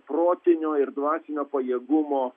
protinio ir dvasinio pajėgumo